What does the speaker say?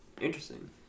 Interesting